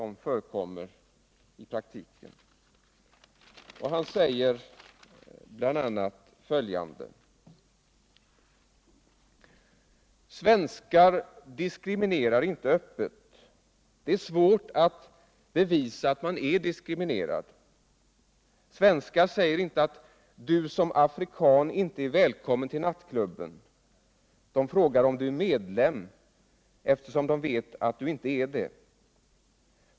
I Arbetet säger han bl.a. följande: Svenskar diskriminerar inte öppet. Det är svårt att bevisa att man är diskriminerad. Svenskar säger inte att du som ärafrikan inte är välkommen till nattklubben, de frågar om du är medlem eftersom de vet att du inte är det!